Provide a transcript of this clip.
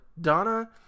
donna